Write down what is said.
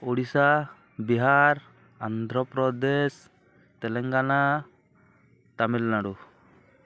Odisha Bihar Andhra Pradesh Telangana Tamil Nadu